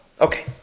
Okay